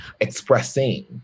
expressing